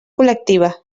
col·lectiva